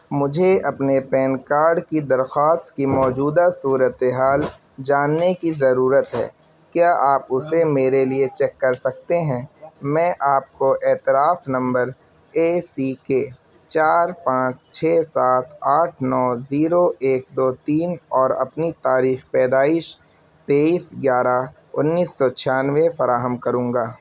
مجھے اپنے PAN card کی درخواست کی موجودہ صورت حال جاننے کی ضرورت ہے کیا آپ اسے میرے لیے چیک کر سکتے ہیں میں آپ کو اعتراف نمبر اے سی کے چار پانچ چھ سات آٹھ نو زیرو ایک دو تین اور اپنی تاریخ پیدائش تیئس گیارہ انیس سو چھیانوے فراہم کروں گا